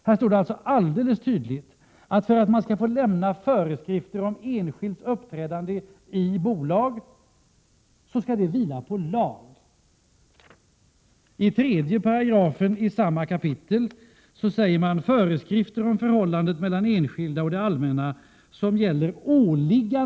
Här står det alltså alldeles tydligt, att för att man skall få lämna föreskrifter om enskilds uppträdande i bolag skall det vila på lag.